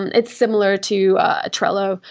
and it's similar to trello,